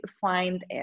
find